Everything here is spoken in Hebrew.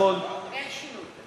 אין שינוי בהסכם?